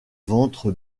ventre